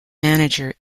manager